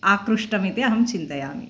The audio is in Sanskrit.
आकृष्टमिति अहं चिन्तयामि